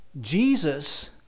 Jesus